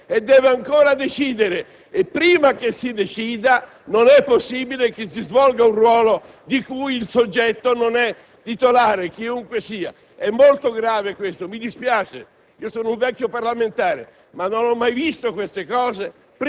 la Corte dei conti ha chiesto notizie - e le ha avute - e deve ancora decidere. Prima che si decida non è possibile che si svolga un ruolo di cui il soggetto non è titolare, chiunque sia. È molto grave questo. Mi dispiace.